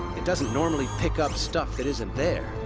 it doesn't normally pick up stuff that isn't there.